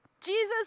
Jesus